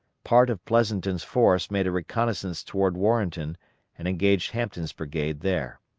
part of pleasonton's force made a reconnoissance toward warrenton and engaged hampton's brigade there.